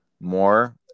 more